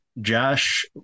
Josh